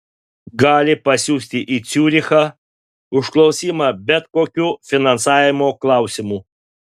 gali pasiųsti į ciurichą užklausimą bet kokiu finansavimo klausimu